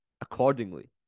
accordingly